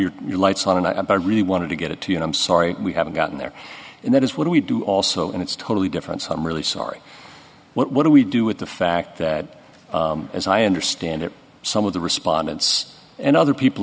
you lights on and i really want to get it to you know i'm sorry we haven't gotten there and that is what we do also and it's totally different so i'm really sorry what do we do with the fact that as i understand it some of the respondents and other people